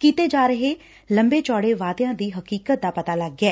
ਕੀਤੇ ਜਾ ਰਹੇ ਲੰਬੇ ਚੌੜੇ ਵਾਅਦਿਆਂ ਦੀ ਹਕੀਕਤ ਦਾ ਪਤਾ ਲੱਗ ਗਿਐ